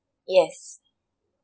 yes